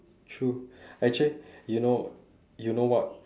true actually you know you know what